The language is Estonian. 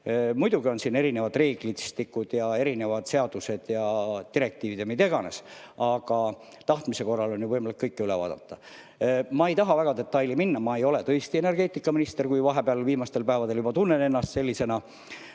Muidugi on siin erinevad reeglistikud ja erinevad seadused ja direktiivid ja mida iganes, aga tahtmise korral on võimalik kõike üle vaadata. Ma ei taha väga detailidesse minna, ma ei ole tõesti energeetikaminister, kuigi vahepeal, viimastel päevadel juba tunnen ennast sellena,